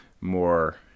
more